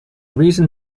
reason